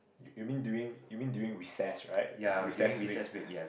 you mean doing you mean doing recess right recess week